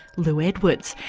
lou edwards.